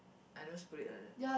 I just put it like that